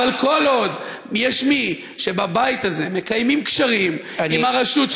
אבל כל עוד יש מי שבבית הזה מקיימים קשרים עם הרשות,